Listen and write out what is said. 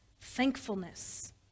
thankfulness